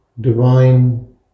divine